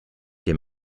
dem